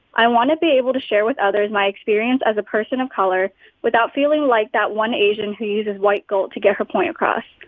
i want to be able to share with others my experience as a person of color without feeling like that one asian who uses white guilt to get her point across.